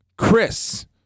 Chris